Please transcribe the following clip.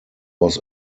was